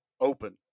open